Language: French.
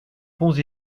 ponts